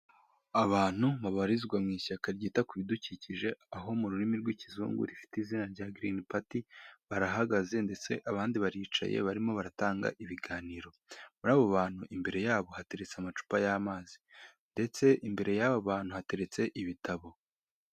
Abantu babarizwa mu ishyaka ryita ku bidukikije aho mu rurimi rw'ikizungu rifite izina rya Green party; barahagaze ndetse abandi baricaye barimo baratanga ibiganiro, muri abo bantu imbere yabo hateretse amacupa y'amazi, ndetse imbere y'aba bantu hateretse ibitabo.